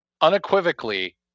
unequivocally